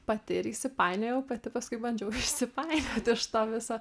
pati ir įsipainiojau pati paskui bandžiau išsipainiot iš to viso